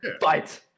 Fight